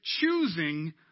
choosing